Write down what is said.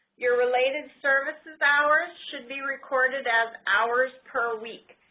you're related services hours should be recorded as hours per week.